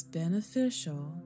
beneficial